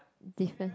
different